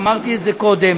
אמרתי את זה קודם.